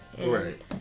right